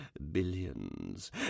Billions